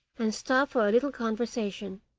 and stopped for a little conversation.